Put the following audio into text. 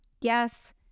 yes